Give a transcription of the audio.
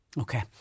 Okay